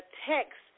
text